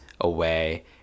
away